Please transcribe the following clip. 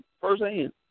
firsthand